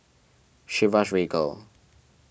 Chivas Regal